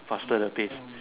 faster the pace